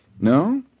No